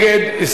מי נגד?